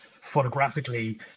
photographically